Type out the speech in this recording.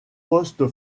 poste